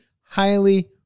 highly